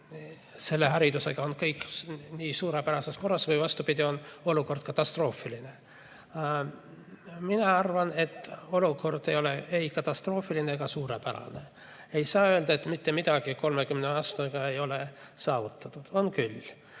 selle haridusega on kõik nii suurepärases korras või vastupidi, olukord on katastroofiline. Mina arvan, et olukord ei ole ei katastroofiline ega suurepärane. Ei saa öelda, et mitte midagi 30 aastaga ei ole saavutatud. On küll.